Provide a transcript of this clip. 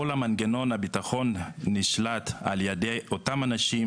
כל מנגנון הביטחון נשלט על ידי אותם אנשים